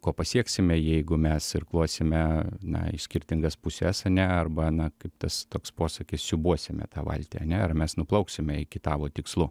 ko pasieksime jeigu mes irkluosime na į skirtingas puses ane arba na kaip tas toks posakis siūbuosime tą valtį ane ar mes nuplauksime iki tavo tikslų